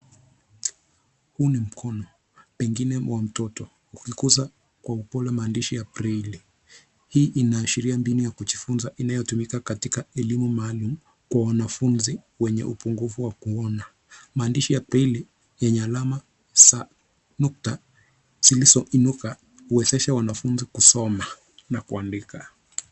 Huu ni mkono pengine wa mtoto ukiguza kwa upole maandishi ya Braille hii inaashiria mbinu ya kujifunza inayotumika katika elimu maalum kwa wanafunzi wenye upungufu wa kuona. Maandishi ya Braille yenye alama za nukta zilizoinuka huwezesha wanafunzi kusoma na kuandika.